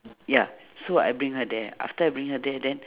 ya so I bring her there after I bring her there then